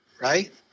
right